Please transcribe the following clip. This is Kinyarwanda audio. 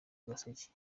agaseke